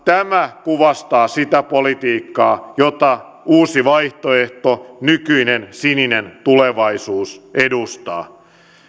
tämä kuvastaa sitä politiikkaa jota uusi vaihtoehto nykyinen sininen tulevaisuus edustaa